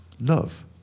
love